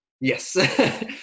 Yes